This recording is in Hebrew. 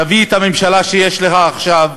תביא את הממשלה שיש לך עכשיו,